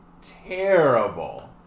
terrible